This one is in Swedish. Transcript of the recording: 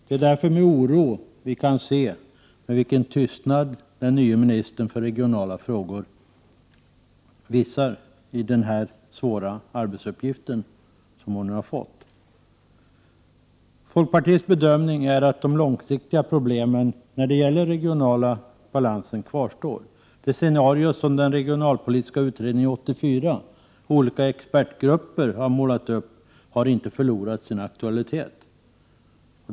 Det är därför med oro vi kan se vilken tystnad den nye ministern för de regionala frågorna visar inför de svåra arbetsuppgifter hon har fått. Folkpartiets bedömning är att de långsiktiga problemen när det gäller den regionala balansen kvarstår. Det scenario som den regionalpolitiska utredningen 1984 och olika expertgrupper målat upp har inte förlorat sin aktualitet.